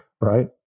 right